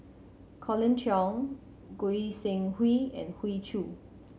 Colin Cheong Goi Seng Hui and Hoey Choo